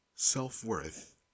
Self-worth